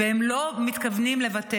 והם לא מתכוונים לוותר.